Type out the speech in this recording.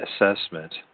Assessment